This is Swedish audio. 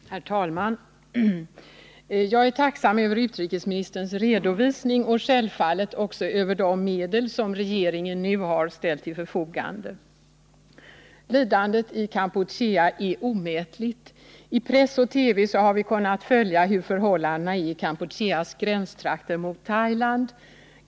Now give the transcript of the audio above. Herr talman! Jag är tacksam över utrikesministerns redovisning och självfallet också över de medel som regeringen nu har ställt till förfogande. Lidandet i Kampuchea är omätligt. I press och TV har vi kunnat följa hur förhållandena är i Kampucheas gränstrakter mot Thailand.